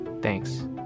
Thanks